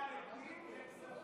יש פה הצעה לוועדות הפנים והכספים.